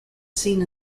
scene